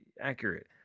accurate